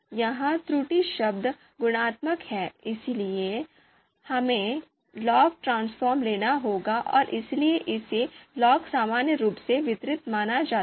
यहां त्रुटि शब्द गुणात्मक है इसलिए इसलिए हमें लॉग ट्रांसफ़ॉर्म लेना होगा और इसलिए इसे लॉग सामान्य रूप से वितरित किया जाना माना जाता है